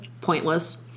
pointless